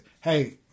hey